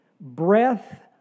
breath